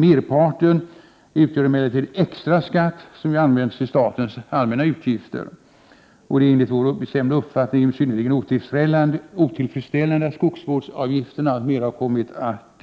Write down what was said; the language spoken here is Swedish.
Merparten utgör en extra skatt, som används till statens allmänna utgifter. Det är enligt vår bestämda uppfattning synnerligen otillfredsställande att skogsvårdsavgifterna mera har kommit att